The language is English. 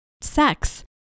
sex